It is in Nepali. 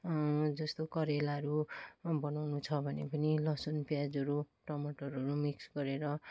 जस्तो करेलाहरू बनाउनु छ भने पनि लसुन प्याजहरू टमाटरहरू मिक्स गरेर